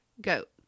goat